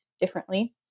differently